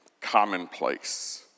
commonplace